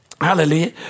Hallelujah